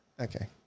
okay